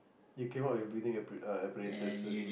they came up with breathing appara~ uh apparatuses